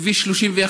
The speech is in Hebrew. כביש 31,